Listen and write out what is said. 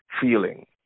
feeling